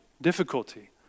difficulty